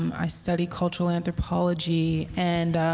um i study cultural anthropology. and